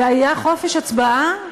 והיה חופש הצבעה.